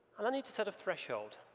and i need to set a threshold.